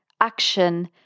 action